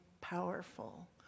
powerful